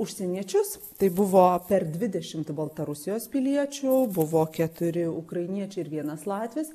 užsieniečius tai buvo per dvidešimt baltarusijos piliečių buvo keturi ukrainiečiai ir vienas latvis